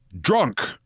drunk